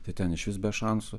tai ten išvis be šansų